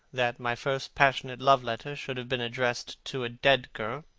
that my first passionate love-letter should have been addressed to a dead girl.